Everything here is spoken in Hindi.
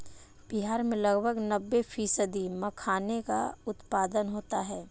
बिहार में लगभग नब्बे फ़ीसदी मखाने का उत्पादन होता है